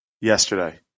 yesterday